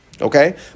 Okay